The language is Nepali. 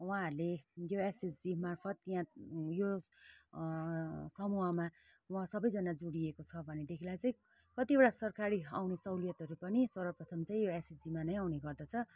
उहाँहरूले यो एसएचजीमार्फत यहाँ यो समूहमा उहाँ सबैजना जोडिएको छ भनेदेखिलाई चाहिँ कतिवटा सरकारी आउने सहुलियतहरू पनि सर्वप्रथम चाहिँ यो एसएचजीमा नै आउने गर्दछ